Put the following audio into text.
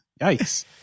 Yikes